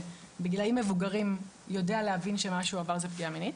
שבגילים מבוגרים יודע להבין שמה שהוא עבר זו פגיעה מינית.